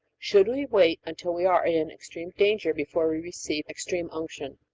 should we wait until we are in extreme danger before we receive extreme unction?